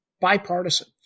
bipartisan